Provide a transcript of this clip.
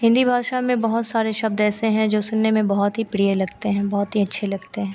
हिन्दी भाषा में बहुत सारे शब्द ऐसे हैं जो सुनने में बहुत ही प्रिय लगते हैं बहुत ही अच्छे लगते हैं